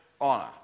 honor